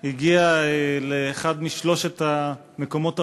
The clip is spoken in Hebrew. הגיע לאחד משלושת המקומות הראשונים.